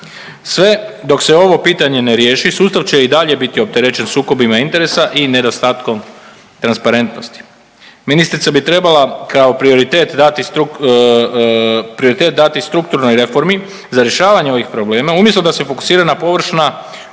Sve dok se ovo pitanje ne riješi sustav će i dalje biti opterećen sukobima interesa i nedostatkom transparentnosti. Ministrica bi trebala kao prioritet dati strukturnoj reformi za rješavanje ovih problema umjesto da se fokusira na površna ograničenja